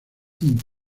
inc